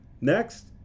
Next